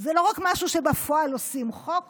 זה לא רק משהו שבפועל עושים, חוק